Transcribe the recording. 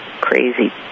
crazy